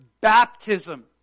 baptism